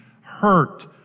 hurt